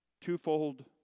twofold